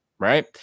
Right